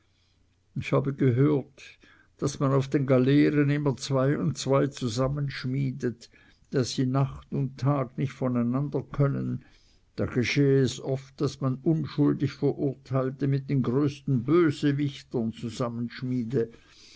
ich habe einmal gehört daß man auf den galeeren immer zwei und zwei zusammenschmiedet daß sie tag und nacht nicht von einander können da geschehe es oft daß man unschuldig verurteilte mit den größten bösewichtern